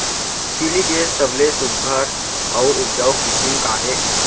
तिलि के सबले सुघ्घर अऊ उपजाऊ किसिम का हे?